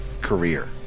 career